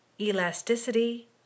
elasticity